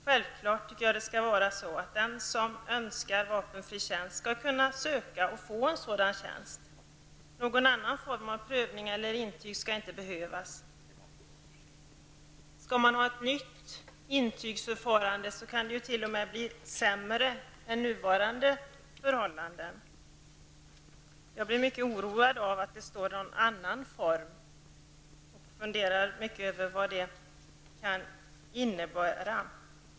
Det är självklart att den som önskar vapenfri tjänst skall kunna söka och få en sådan tjänst. Någon annan form av prövning eller intyg skall inte behövas. Om man skall ha ett nytt intygsförfarande kan det t.o.m. bli sämre än nuvarande förhållanden. Jag blir mycket oroad av att det talas om någon annan form, och jag funderar vad det kan innebära.